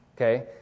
okay